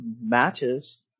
matches